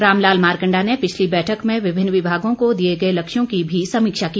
रामलाल मार्कण्डा ने पिछली बैठक में विभिन्न विभागों को दिए गए लक्ष्यों की भी समीक्षा की